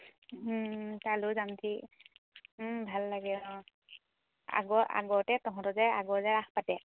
তালৈয়ো যাম নেকি ভাল লাগে অঁ আগৰ আগতে তহঁতৰ যে আগৰ যে ৰাস পাতে